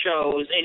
shows